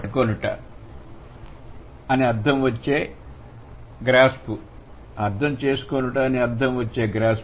పట్టుకోనుట అని అర్ధం వచ్చే grasp అర్థంచేసుకొనుట అని అర్ధం వచ్చే grasp